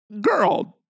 Girl